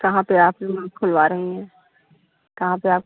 कहाँ पर आप खुलवा रही है कहाँ पर आप